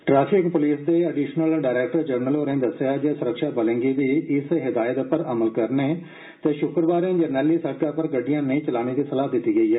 traffic police दे additional director general होरें दस्सेआ ऐ जे स्रक्षाबलें गी बी इस हिदायत पर अमल करने ते शुक्रवारें जनरैली सिड़क पर गड्डियां नेई चलाने दी सलाह दिती गेई ऐ